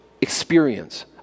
experience